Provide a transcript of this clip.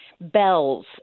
bells